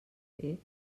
fer